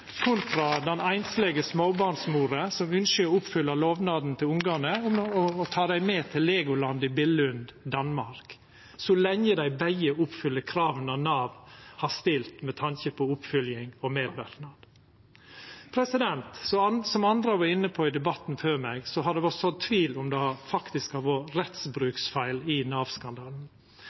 den einslege småbarnsmora som ynskjer å oppfylla lovnaden til ungane om å ta dei med til Legoland i Billund i Danmark, så lenge dei begge oppfyller kravet Nav har stilt med tanke på oppfølging og medverknad? Som andre har vore inne på i debatten før meg, har det vore sådd tvil om det faktisk har vore rettsbruksfeil i